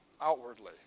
outwardly